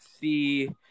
see